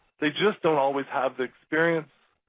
they just don't always have the experience,